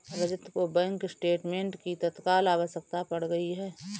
रजत को bank statement की तत्काल आवश्यकता पड़ गई है